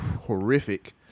horrific